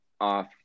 off